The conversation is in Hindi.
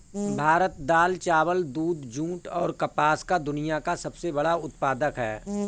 भारत दाल, चावल, दूध, जूट, और कपास का दुनिया का सबसे बड़ा उत्पादक है